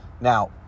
Now